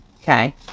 Okay